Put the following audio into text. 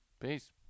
Peace